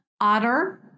Otter